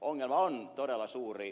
ongelma on todella suuri